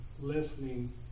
listening